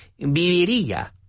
viviría